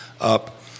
up